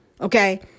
Okay